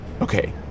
Okay